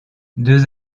deux